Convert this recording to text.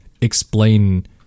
explain